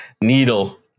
Needle